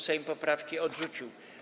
Sejm poprawki odrzucił.